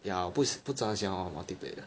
yeah 我不不怎么样喜欢玩 multiplayer